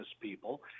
people